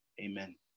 Amen